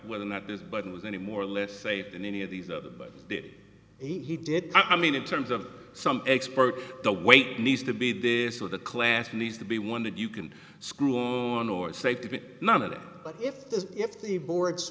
whether or not this button was any more or less safe than any of these other did he did i mean in terms of some expert the weight needs to be this or the class needs to be one that you can screw on or safety but none of that but if there's if the board